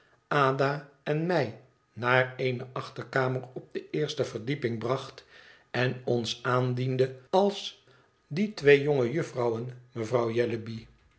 ada en mij naar eene achterkamer op de eerste verdieping bracht en ons aandiende als die twee jonge jufvrouwen mevrouw jellyby